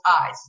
eyes